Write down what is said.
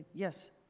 yes?